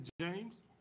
James